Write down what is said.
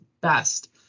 best